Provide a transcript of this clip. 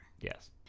Yes